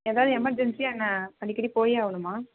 எதாவது எமர்ஜென்ஸியா என்ன அடிக்கடி போயே ஆகணுமா